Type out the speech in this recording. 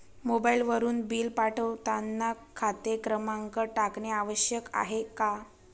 मोबाईलवरून बिल पाठवताना खाते क्रमांक टाकणे आवश्यक आहे का?